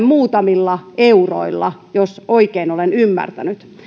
muutamilla euroilla jos oikein olen ymmärtänyt